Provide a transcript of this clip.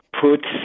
Put